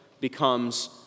becomes